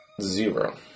Zero